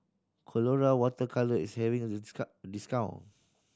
Colora Water Colour is having a discount